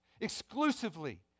exclusively